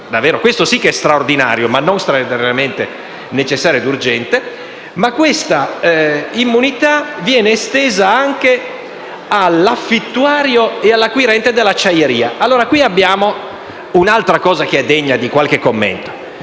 (questo sì che è straordinario, ma non straordinariamente necessario ed urgente). Ma questa immunità viene estesa anche all'affittuario e all'acquirente dell'acciaieria. Qui abbiamo un'altra questione degna di qualche commento.